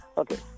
okay